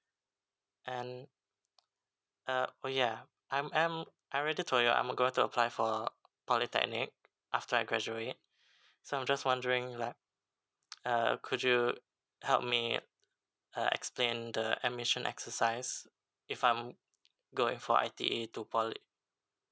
and uh oh ya I'm I'm I already told you I'm going to apply for polytechnic after I graduate so I'm just wondering like uh could you help me uh explain the admission exercise if I'm going for I T E to poly